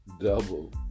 Double